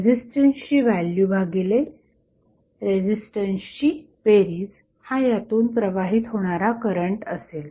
रेझिस्टन्सची value भागिले रेझिस्टन्सची बेरीज हा यातून प्रवाहित होणारा करंट असेल